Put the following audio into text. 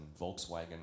Volkswagen